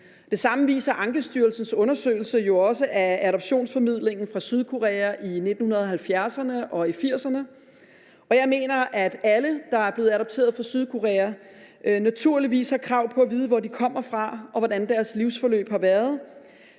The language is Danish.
Det samme viser Ankestyrelsens undersøgelse af adoptionsformidlingen fra Sydkorea i 1970'erne og i 1980'erne jo også. Jeg mener, at alle, der er blevet adopteret fra Sydkorea, naturligvis har et krav på at vide, hvor de kommer fra, og hvordan deres livsforløb har været,